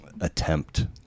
attempt